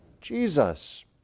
Jesus